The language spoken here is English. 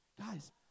Guys